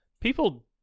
people